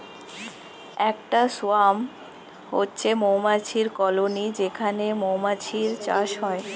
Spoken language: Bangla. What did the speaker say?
একটা সোয়ার্ম হচ্ছে মৌমাছির কলোনি যেখানে মৌমাছির চাষ হয়